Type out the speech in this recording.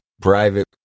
private